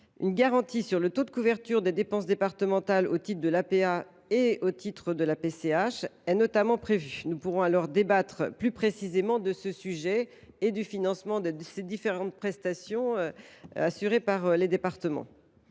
Une garantie sur le taux de couverture des dépenses départementales au titre de l’APA et au titre de la PCH est notamment prévue. Nous pourrons alors débattre plus précisément de ce sujet et du financement de ces différentes prestations assurées par les départements.